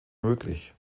möglich